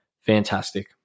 fantastic